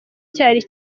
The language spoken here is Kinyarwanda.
cyari